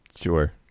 sure